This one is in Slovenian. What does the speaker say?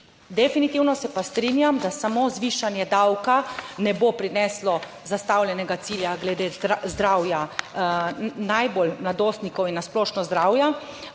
Definitivno se pa strinjam, da samo zvišanje davka ne bo prineslo zastavljenega cilja glede zdravja. Najbolj mladostnikov in na splošno zdravja,